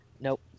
Nope